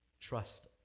Trust